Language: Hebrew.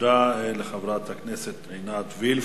תודה לחברת הכנסת עינת וילף.